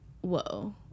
whoa